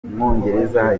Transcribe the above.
umwongereza